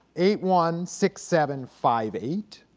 eight one six seven five eight